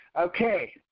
Okay